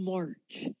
March